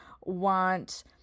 want